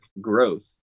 growth